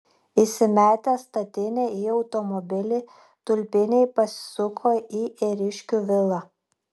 įsimetę statinę į automobilį tulpiniai pasuko į ėriškių vilą